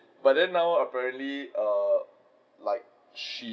but then now apparently err like she